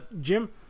Jim